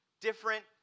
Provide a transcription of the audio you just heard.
different